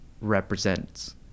represents